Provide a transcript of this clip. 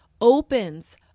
opens